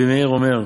רבי מאיר אומר,